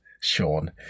sean